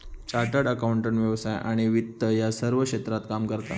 chartered accountant व्यवसाय आणि वित्त या सर्व क्षेत्रात काम करता